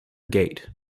gate